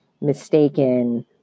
mistaken